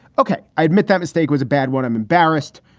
ok, i admit that mistake was a bad one. i'm embarrassed.